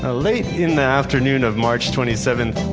ah late in the afternoon of march twenty seventh,